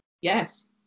Yes